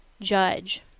judge